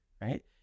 right